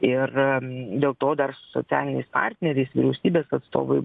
ir dėl to dar su socialiniais partneriais vyriausybės atstovai